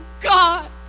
God